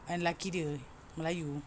and laki dia melayu